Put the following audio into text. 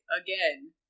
again